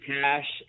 cash